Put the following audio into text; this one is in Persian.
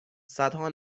صدها